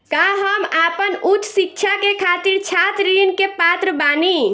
का हम आपन उच्च शिक्षा के खातिर छात्र ऋण के पात्र बानी?